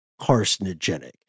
carcinogenic